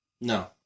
No